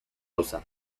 gauza